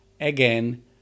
Again